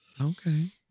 Okay